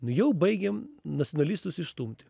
nu jau baigėm nacionalistus išstumti